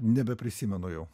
nebeprisimenu jau